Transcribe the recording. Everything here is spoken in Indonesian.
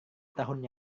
tahun